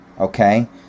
okay